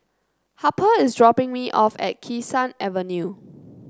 Harper is dropping me off at Kee Sun Avenue